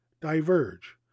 diverge